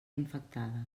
infectada